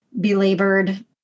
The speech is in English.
belabored